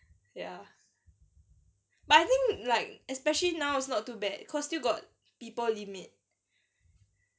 ya but I think like especially now it's not too bad cause still got people limit